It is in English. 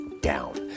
down